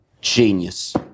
Genius